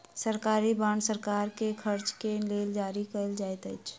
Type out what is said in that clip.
सरकारी बांड सरकार के खर्च के लेल जारी कयल जाइत अछि